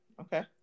Okay